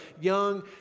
young